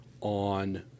on